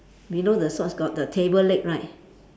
below the socks got the table leg right